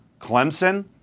Clemson